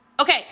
Okay